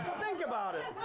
think about it.